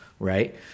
right